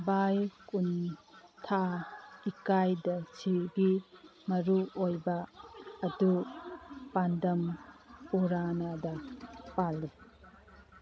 ꯕꯥꯏꯀꯨꯟꯊꯥ ꯏꯀꯥꯏꯗꯁꯤꯒꯤ ꯃꯔꯨ ꯑꯣꯏꯕ ꯑꯗꯨ ꯄꯥꯟꯗꯝ ꯄꯨꯔꯥꯅꯥꯗꯥ ꯄꯥꯜꯂꯨ